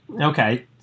Okay